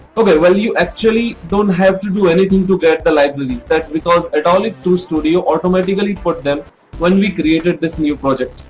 ok well you actually don't have to do anything to get libraries that's because atollic truestudio automatically put them when we created this new project.